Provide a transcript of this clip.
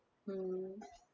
mm